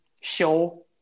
show